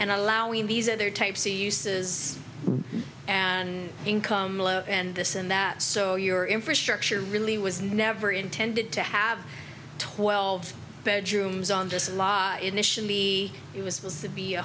and allowing these other types he uses and income and this and that so your infrastructure really was never intended to have twelve bedrooms on this law initially be it was supposed to be